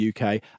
UK